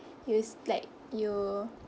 you like you